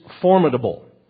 formidable